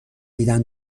میدن